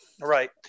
Right